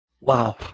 Wow